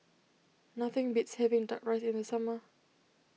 nothing beats having Duck Rice in the summer